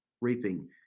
reaping